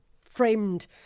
framed